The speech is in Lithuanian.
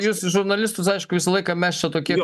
jūs žurnalistus aišku visą laiką mes čia tokie